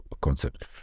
concept